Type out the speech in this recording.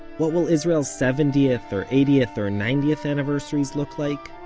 what will israel's seventieth, or eightieth, or ninetieth anniversaries look like?